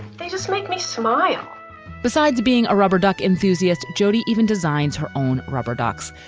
they just make me smile besides being a rubber duck enthusiast, jodi even designs her own rubber ducks.